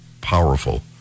powerful